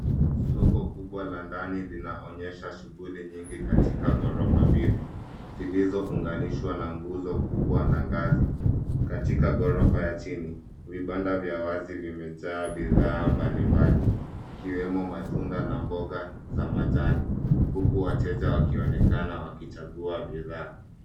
Soko kubwa la ndani linaonyesha shughuli nyingi katika ghorofa mbili zilizounganishwa na nguzo kubwa na ngazi. Katika ghorofa ya chini, vibanda vya wazi vimejaa bidhaa mbalimbali ikiwemo matunda na mboga za majani huku wateja wakionekana wakichagua bidhaa.